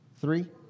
Three